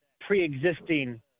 pre-existing